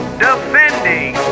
defending